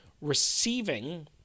receiving